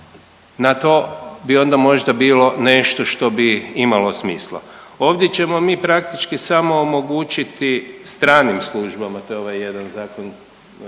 na to bi onda bilo nešto što bi imalo smisla. Ovdje ćemo mi praktički samo omogućiti stranim službama to je ovaj jedan zakon